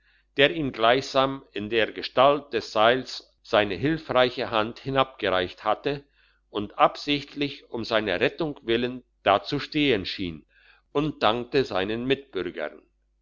der ihm gleichsam in der gestalt des seils seine hilfreiche hand hinabgereicht hatte und absichtlich um seiner rettung willen da zu stehen schien und dankte seinen mitbürgern